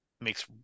Makes